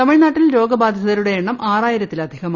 തമിഴ്നാട്ടിൽ രോഗബാധിതരുടെ എണ്ണം ആറായിരത്തിലധികമായി